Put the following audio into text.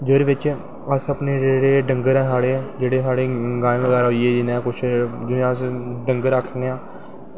जेह्दै बिच्च साढ़े डंगर ऐं अपनें जो सैाढ़े मैंह् बगैरा होइये जि'नेंगी अस डंगर आक्खनें आं